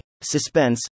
Suspense